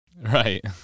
Right